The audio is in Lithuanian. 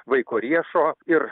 vaiko riešo ir